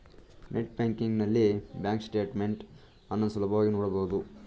net banking ನಲ್ಲಿ bank statement ಅನ್ನು ಸುಲಭವಾಗಿ ನೋಡಬಹುದು